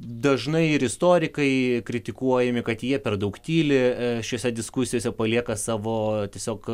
dažnai ir istorikai kritikuojami kad jie per daug tyli šiose diskusijose palieka savo tiesiog